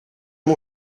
mon